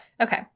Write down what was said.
Okay